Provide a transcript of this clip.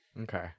Okay